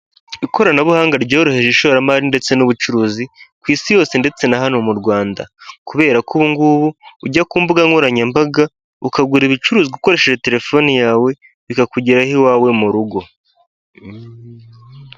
Ikoranabuhanga ryoroheje ishoramari ndetse n'ubucuruzi ku isi yose ndetse na hano mu Rwanda, kubera ko ubu ngubu ujya ku mbuga nkoranyambaga ukagura ibicuruzwa ukoresheje telefoni yawe bikakugeraho iwawe mu rugo.